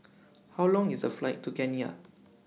How Long IS The Flight to Kenya